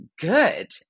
good